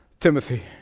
Timothy